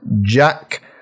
Jack